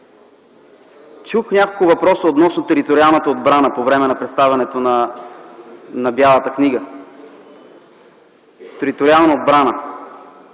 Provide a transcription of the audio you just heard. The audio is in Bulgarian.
Чух няколко въпроса относно териториалната отбрана по време на представянето на Бялата книга. Териториална отбрана?